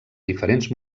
diferents